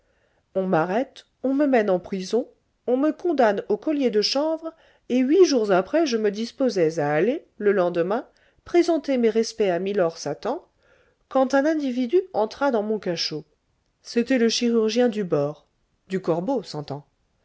on m'arrête on me mène en prison on me condamne au collier de chanvre et huit jours après je me disposais à aller le lendemain présenter mes respects à mylord satan quand un individu entra dans mon cachot c'était le chirurgien du bord du corbeau